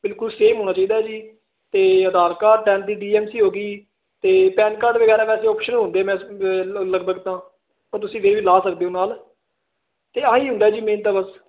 ਬਿਲਕੁਲ ਸੇਮ ਹੋਣਾ ਚਾਹੀਦਾ ਜੀ ਤੇ ਆਧਾਰ ਕਾਰਡ ਟੈਥ ਦੀ ਡੀ ਐਮ ਸੀ ਹੋ ਗਈ ਤੇ ਪੈਨ ਕਾਰਡ ਵਗੈਰਾ ਵੈਸੇ ਆਪਸ਼ਨ ਹੁੰਦੇ ਮੈਂ ਲਗਭਗ ਤੋਂ ਉਹ ਤੁਸੀਂ ਲਾ ਸਕਦੇ ਹੋ ਨਾਲ ਤੇ ਆਹ ਹੀ ਹੁੰਦਾ ਜੀ ਮੇਨ ਤਾਂ ਬਸ